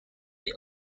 may